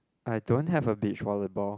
I don't have a beach volleyball